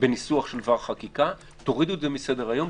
בניסוח של דבר חקיקה" תורידו מסדר-היום,